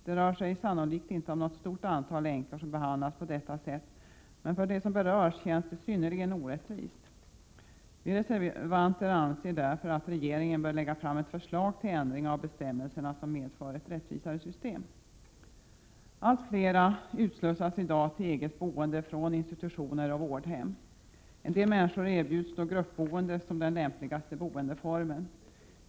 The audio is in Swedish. Det rör sig sannolikt inte om något stort antal änkor som behandlas på detta sätt, men för dem som berörs känns det synnerligen orättvist. Vi reservanter anser därför att regeringen bör lägga fram ett förslag till ändring av bestämmelserna som medför ett rättvisare system. Allt fler utslussas i dag till eget boende från institutioner och vårdhem. En del människor erbjuds då gruppboende som den lämpligaste boendeformen.